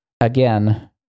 again